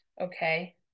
Okay